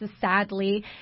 sadly